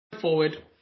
forward